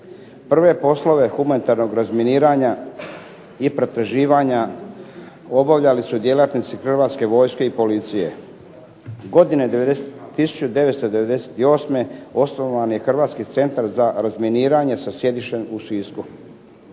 Prve poslove humanitarnog razminiranja i pretraživanja obavljali su djelatnici Hrvatske vojske i policije. Godine 1998. osnovan je Hrvatski centar za razminiranje sa sjedištem u Sisku.